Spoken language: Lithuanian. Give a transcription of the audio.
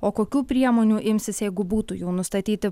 o kokių priemonių imsis jeigu būtų jau nustatyti